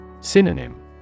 Synonym